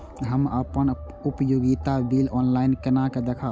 हम अपन उपयोगिता बिल ऑनलाइन केना देखब?